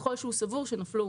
אם הוא סבור שנפלו